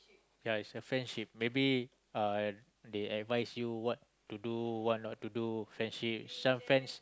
ya is a friendship maybe uh they advise you what to do what not do friendships some friends